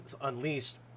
Unleashed